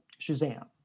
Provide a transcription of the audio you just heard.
Shazam